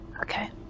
Okay